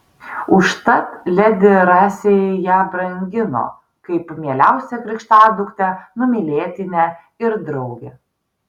užtat ledi rasei ją brangino kaip mieliausią krikštaduktę numylėtinę ir draugę